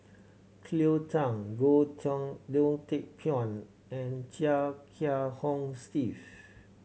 Cleo Thang Goh Goh Teck Phuan and Chia Kiah Hong Steve